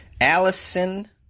Allison